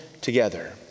together